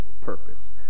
purpose